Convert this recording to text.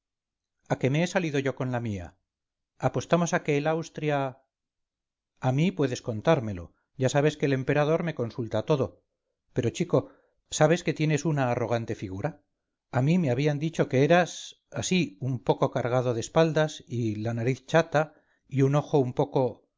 a que me he salido yo con la mía apostamos a que el austria a mí puedes contármelo ya sabes que el emperador me consulta todo pero chico sabes que tienes una arrogante figura a mí me habían dicho que eras así un poco cargado de espaldas y la nariz chata y un ojo un poco